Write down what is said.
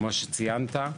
כמו שציינת,